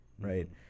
right